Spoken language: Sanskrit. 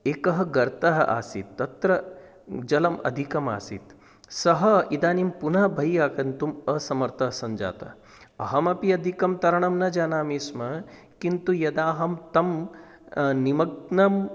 एकः गर्तः आसीत् तत्र जलम् अधिकम् आसीत् सः इदानीं पुनः बहिः आगन्तुम् असमर्थः सञ्जातः अहमपि अधिकं तरणं न जानामि स्म किन्तु यदा अहं त्वं निमग्नं